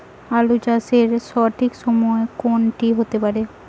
আলু চাষের সঠিক সময় কোন টি হতে পারে?